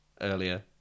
earlier